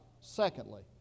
Secondly